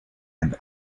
and